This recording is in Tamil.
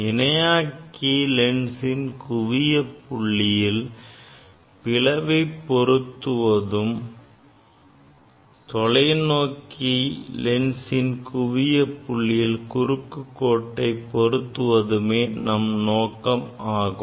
இணையாக்கி லென்சின் குவிய புள்ளியில் பிளவை பொருத்துவதும் தொலைநோக்கி லென்சின் குவிய புள்ளியில் குறுக்குக்கோட்டை பொருத்துவதுமே நம் நோக்கம் ஆகும்